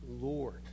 Lord